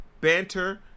Banter